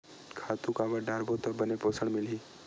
खातु काबर डारबो त बने पोषण मिलही?